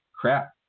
crap